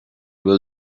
will